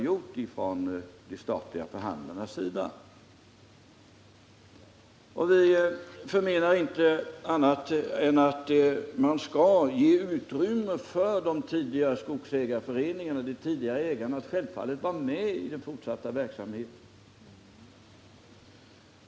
Vi förmenar inte annat än att man skall ge utrymme för de tidigare skogsägarna och deras föreningar att delta i den fortsatta verksamheten.